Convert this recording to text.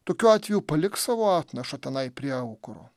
tokiu atveju palik savo atnašą tenai prie aukuro